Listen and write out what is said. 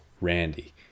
randy